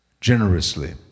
generously